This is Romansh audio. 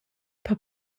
per